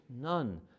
none